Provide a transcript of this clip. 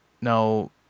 now